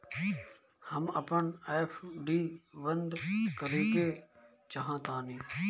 हम अपन एफ.डी बंद करेके चाहातानी